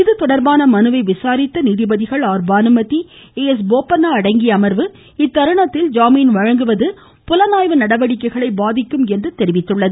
இதுதொடர்பான மனுவை விசாரித்த நீதிபதிகள் R Banumathi A S Bopanna அடங்கிய அமர்வு இத்தருணத்தில் ஜாமீன் வழங்குவது புலனாய்வு நடவடிக்கைகளை பாதிக்கும் என்று தெரிவித்துள்ளது